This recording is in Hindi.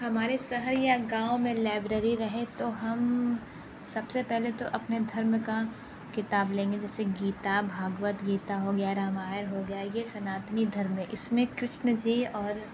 हमारे सहर या गाँव में लाइब्रेरी रहे तो हम सबसे पहले तो अपने धर्म का किताब लेंगे जैसे गीता भागवत गीता हो गया रामायण हो गया यह सनातनी धर्म में इसमें कृष्ण जी और